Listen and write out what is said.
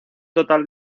total